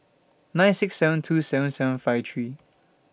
nine six seven two seven seven five three